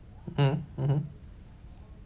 mm mmhmm